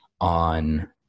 on